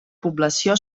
població